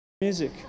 music